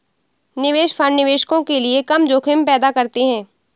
निवेश फंड निवेशकों के लिए कम जोखिम पैदा करते हैं